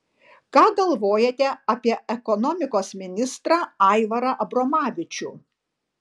ką galvojate apie ekonomikos ministrą aivarą abromavičių